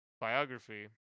biography